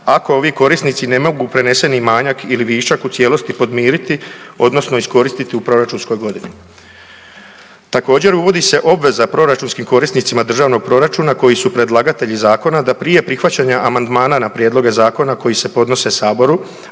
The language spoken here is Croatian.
ako ovi korisnici ne mogu preneseni manjak ili višak u cijelosti podmiriti odnosno iskoristiti u proračunskoj godini. Također, uvodi se obveza proračunskim korisnicima državnog proračuna koji su predlagatelji zakona da prije prihvaćanja amandmana na prijedloge zakona koji se podnose Saboru,